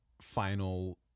final